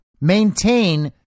maintain